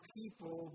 people